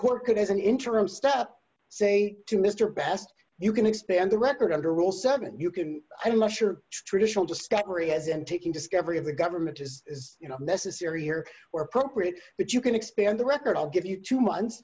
court could as an interim step say to mr best you can expand the record under rule seven you can i'm not sure traditional discovery has and taking discovery of the government is you know necessary here or appropriate that you can expand the record i'll give you two months